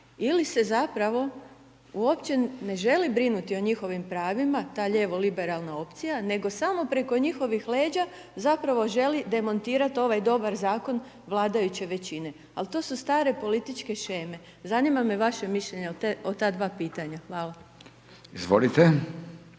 ili se zapravo uopće ne želi brinuti o njihovim pravima, ta lijevo liberalna opcija, nego samo preko njihovih leđa zapravo želi demantirati ovaj dobar zakon vladajuće većine. Ali, to su stare političke sheme, zanima me vaše mišljenje o ta 2 pitanja. Hvala. **Radin,